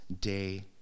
day